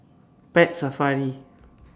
Pet Safari